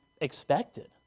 expected